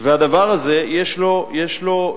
והדבר הזה יש לו ביטוי